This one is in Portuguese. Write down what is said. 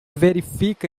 verifica